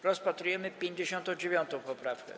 Rozpatrujemy 59. poprawkę.